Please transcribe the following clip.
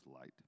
light